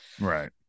Right